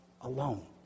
alone